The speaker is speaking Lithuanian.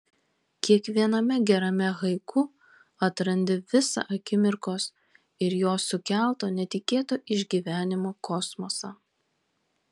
kiekviename gerame haiku atrandi visą akimirkos ir jos sukelto netikėto išgyvenimo kosmosą